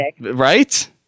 Right